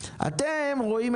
כמה אחוזים זה?